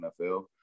NFL